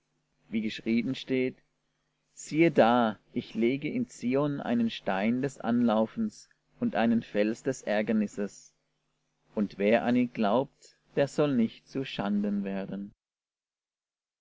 wie geschrieben steht siehe da ich lege in zion einen stein des anlaufens und einen fels des ärgernisses und wer an ihn glaubt der soll nicht zu schanden werden